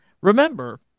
Remember